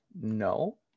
no